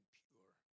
pure